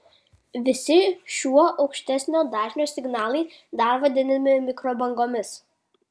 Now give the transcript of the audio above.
visi šiuo aukštesnio dažnio signalai dar vadinami mikrobangomis